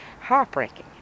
Heartbreaking